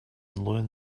learn